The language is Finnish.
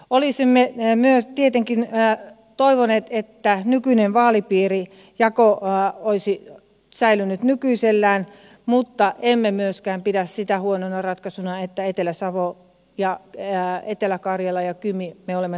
olisimme tietenkin toivoneet että vaalipiirijako olisi säilynyt nykyisellään mutta emme myöskään pidä sitä huonona ratkaisuna että etelä savo ja etelä karjala ja kymi me olemme kaikki yhtä jatkossa